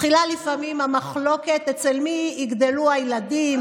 לפעמים מתחילה המחלוקת אצל מי יגדלו הילדים,